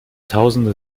tausende